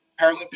Paralympic